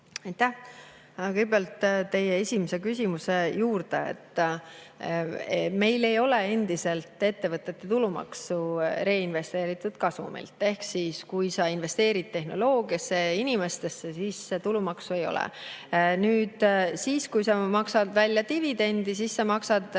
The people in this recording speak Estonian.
Kõigepealt teie esimese küsimuse juurde. Meil ei ole endiselt ettevõtete tulumaksu reinvesteeritud kasumilt. Ehk siis, kui sa investeerid tehnoloogiasse, inimestesse, tulumaksu ei ole. Kui sa maksad välja dividendi, siis sa maksad